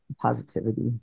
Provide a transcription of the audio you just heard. positivity